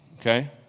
okay